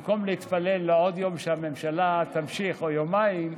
במקום להתפלל לעוד יום שהממשלה תמשיך, או יומיים,